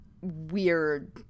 weird